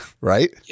right